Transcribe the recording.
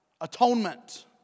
Atonement